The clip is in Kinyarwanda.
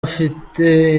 afite